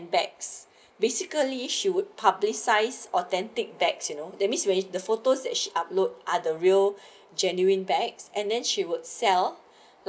basically she would publicise authentic bags you know that means you you the photos as upload ah the real genuine bags and then she would sell like